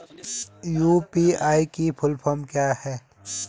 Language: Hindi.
यु.पी.आई की फुल फॉर्म क्या है?